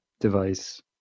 device